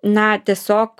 na tiesiog